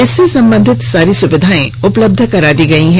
इससे संबंधित सारी सुविधाए उपलब्ध करा दी गयी हैं